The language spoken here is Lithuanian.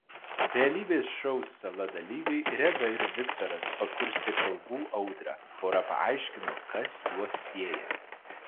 realybės šou sala dalyviai reda ir viktoras pakurstė kalbų audrą pora paaiškino kas juos sieja